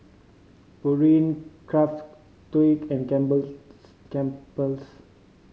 Pureen Craftholic and Campbell's Campbell's